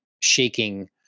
shaking